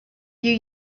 you